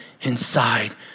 inside